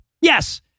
Yes